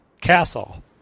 Castle